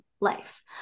life